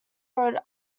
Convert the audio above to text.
road